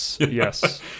yes